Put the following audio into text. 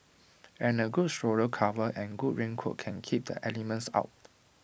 and A good stroller cover and good raincoat can keep the elements out